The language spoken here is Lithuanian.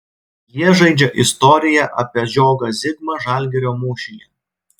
jie žaidžia istoriją apie žiogą zigmą žalgirio mūšyje